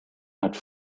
hat